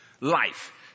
life